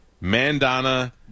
Mandana